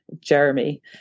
Jeremy